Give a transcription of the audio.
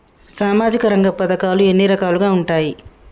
సామాజిక రంగ పథకాలు ఎన్ని రకాలుగా ఉంటాయి?